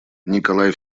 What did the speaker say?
николай